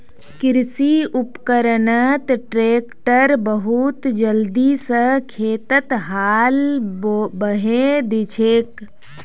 कृषि उपकरणत ट्रैक्टर बहुत जल्दी स खेतत हाल बहें दिछेक